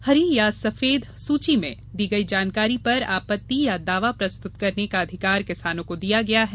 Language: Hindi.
हरी अथवा सफेद सूची में दी गई जानकारी पर आपत्ति या दावा प्रस्तुत करने का अधिकार किसानों को दिया गया है